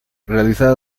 realizada